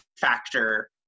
factor